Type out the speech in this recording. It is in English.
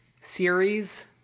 series